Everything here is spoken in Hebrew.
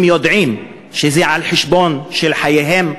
הם יודעים שזה על חשבון חייהם,